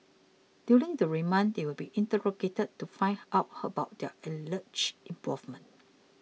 during the remand they will be interrogated to find out how about their alleged involvement